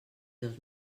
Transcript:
dos